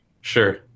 Sure